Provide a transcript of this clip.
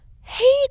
hey